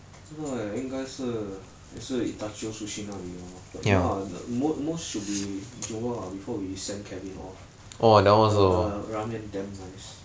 don't know leh 应该是也是 itacho sushi 那里 lor but no lah mo~ most should be jewel ah before we sent kevin off the the ramen damn nice